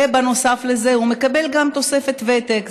ובנוסף לזה הוא מקבל גם תוספת ותק,